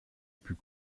put